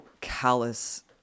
Callous